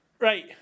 Right